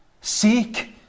Seek